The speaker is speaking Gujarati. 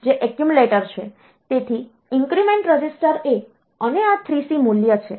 તેથી ઇન્ક્રીમેન્ટ રજીસ્ટર A અને આ 3C મૂલ્ય છે